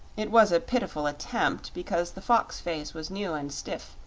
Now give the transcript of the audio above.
it was a pitiful attempt, because the fox face was new and stiff,